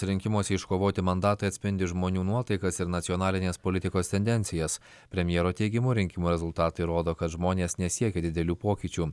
rinkimuose iškovoti mandatai atspindi žmonių nuotaikas ir nacionalinės politikos tendencijas premjero teigimu rinkimų rezultatai rodo kad žmonės nesiekia didelių pokyčių